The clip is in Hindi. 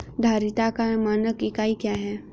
धारिता का मानक इकाई क्या है?